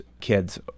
kids